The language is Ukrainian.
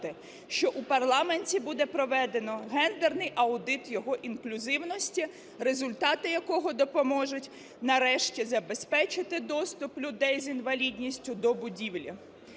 що у парламенті буде проведено гендерний аудит його інклюзивності, результати якого допоможуть нарешті забезпечити доступ людей з інвалідністю до будівлі.